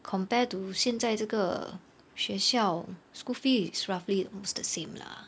compared to 现在这个学校 school fee is roughly almost the same lah